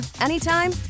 anytime